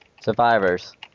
Survivors